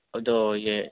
تو یہ